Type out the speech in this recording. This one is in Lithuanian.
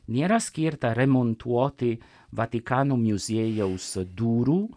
nėra skirta remontuoti vatikano muziejaus durų